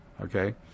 Okay